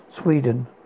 Sweden